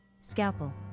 Scalpel